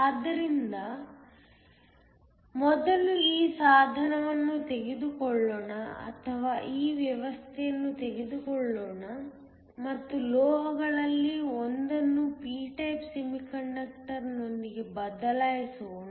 ಆದ್ದರಿಂದಮೊದಲು ಈ ಸಾಧನವನ್ನು ತೆಗೆದುಕೊಳ್ಳೋಣ ಅಥವಾ ಈ ವ್ಯವಸ್ಥೆಯನ್ನು ತೆಗೆದುಕೊಳ್ಳೋಣ ಮತ್ತು ಲೋಹಗಳಲ್ಲಿ ಒಂದನ್ನು p ಟೈಪ್ ಸೆಮಿಕಂಡಕ್ಟರ್ನೊಂದಿಗೆ ಬದಲಾಯಿಸೋಣ